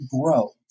grow